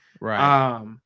Right